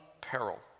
peril